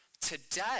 today